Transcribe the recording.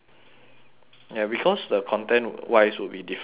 ya because the content wise would be different already [what]